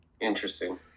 Interesting